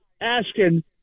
asking